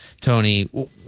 Tony